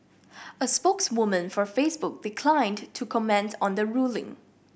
a spokeswoman for Facebook declined to to comments on the ruling